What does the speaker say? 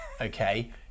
okay